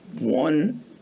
one